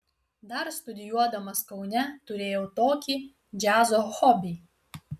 dar studijuodamas kaune turėjau tokį džiazo hobį